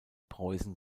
preußen